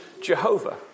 Jehovah